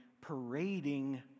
parading